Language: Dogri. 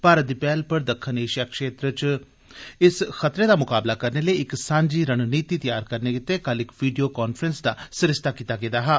भारत दी पैहल पर दक्खन एशिया क्षेत्र च इस खतरे दा मुकाबला करने लेई इक सांझी रणनीति तैयार करने गितै कल इक वीडियो कांफ्रैंस दा सरिस्ता कीता गेआ हा